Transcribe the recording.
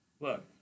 look